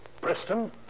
Preston